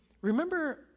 remember